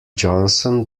johnson